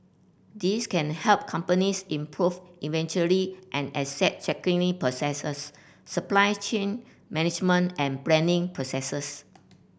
these can help companies improve inventory and asset tracking processes supply chain management and planning processes